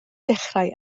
dechrau